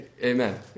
Amen